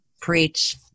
preach